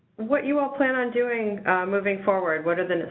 what you all plan on doing moving forward, what are the,